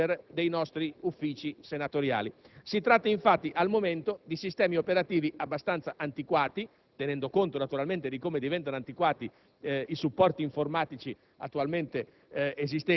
i sistemi operativi installati sui *personal computer* dei nostri uffici senatoriali. Sono al momento sistemi operativi abbastanza antiquati, tenendo conto naturalmente di come diventano subito